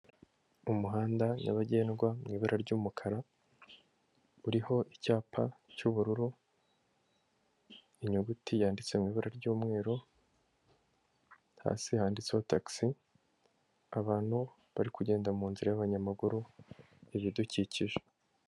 Umuhanda nyabagendwa mu ibara ry'umukara, uriho icyapa cy'ubururu, inyuguti yanditse mu ibara ry'umweru, hasi handitseho tagisi, abantu bari kugenda mu nzira y'abanyamaguru, ibidukikije.